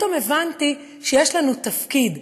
פתאום הבנתי שיש לנו תפקיד,